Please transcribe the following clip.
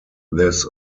this